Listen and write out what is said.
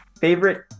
Favorite